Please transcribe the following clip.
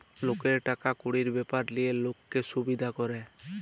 লকের টাকা কুড়ির ব্যাপার লিয়ে লক্কে সুবিধা ক্যরে